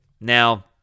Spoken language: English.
Now